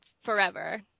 forever